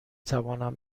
توانم